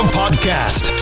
podcast